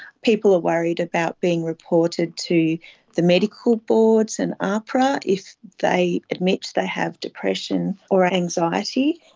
people are worried about being reported to the medical boards and ahpra if they admit they have depression or anxiety,